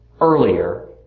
earlier